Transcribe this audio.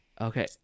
Okay